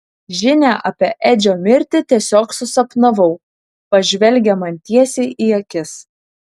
žinią apie edžio mirtį tiesiog susapnavau pažvelgia man tiesiai į akis